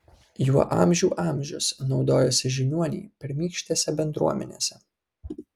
juo amžių amžius naudojosi žiniuoniai pirmykštėse bendruomenėse